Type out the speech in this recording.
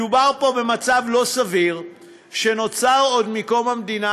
מדובר פה במצב לא סביר שנוצר עוד מקום המדינה,